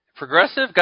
Progressive